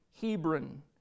Hebron